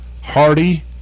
Hardy